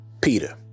Peter